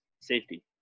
safety